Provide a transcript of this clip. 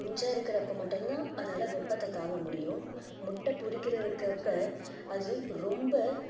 குஞ்சாக இருக்கிறப்ப மட்டுந்தான் அதால் வெப்பத்தை தாங்க முடியும் முட்டை பொரிக்கிற வைக்கப்போ அது ரொம்ப